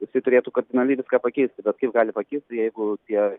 jisai turėtų kardinaliai viską pakeisti bet kaip gali pakeisti jeigu tie